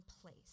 place